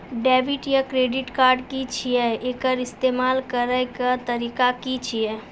Debit या credit card की छियै? एकर इस्तेमाल करैक तरीका की छियै?